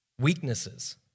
weaknesses